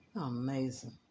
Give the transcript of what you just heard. Amazing